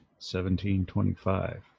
1725